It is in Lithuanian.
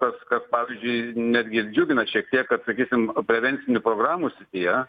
tas kas pavyzdžiui netgi ir džiugina šiek tiek sakysim prevencinių programų srityje